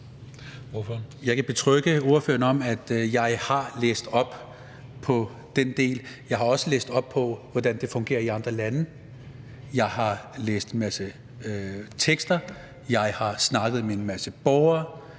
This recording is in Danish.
Jeg kan betrygge ordføreren, med hensyn til at jeg har læst op på den del. Jeg har også læst op på, hvordan det fungerer i andre lande. Jeg har læst en masse tekster. Jeg har snakket med en masse borgere.